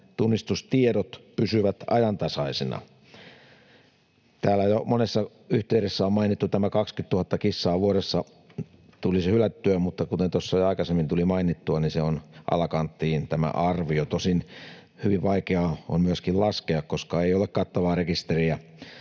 tunnistustiedot pysyvät ajantasaisina. Täällä on jo monessa yhteydessä mainittu, että 20 000 kissaa vuodessa tulisi hylättyä, mutta, kuten tuossa jo aikaisemmin tuli mainittua, tämä arvio on alakanttiin. Tosin hyvin vaikea sitä on laskea, koska ei ole kattavaa rekisteriä